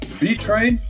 B-Train